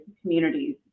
communities